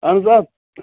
اہن حظ آ